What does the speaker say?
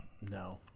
No